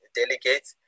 delegates